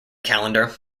calendar